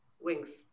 wings